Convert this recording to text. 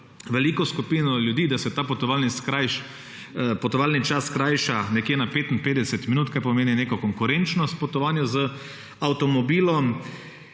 veliko skupino ljudi, ta potovalni čas skrajša nekje na 55 minut, kar pomeni neko konkurenčnost potovanja z avtomobilom.